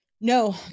No